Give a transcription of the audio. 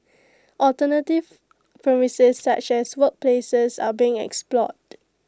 alternative premises such as workplaces are being explored